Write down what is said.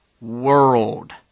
World